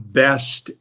best